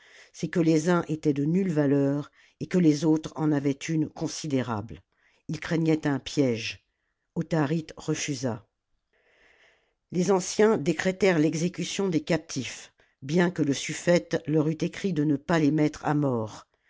c'est que les uns étaient de nulle valeur et que les autres en avaient une considérable ils craignaient un piège autharite refusa les anciens décrétèrent l'exécution des captifs bien que le sufifete leur eût écrit de ne pas les mettre à mort